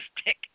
stick